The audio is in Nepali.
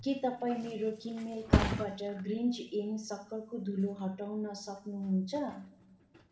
के तपाईँ मेरो किनमेल कार्टबाट ग्रिन्ज इन सक्खरको धुलो हटाउन सक्नुहुन्छ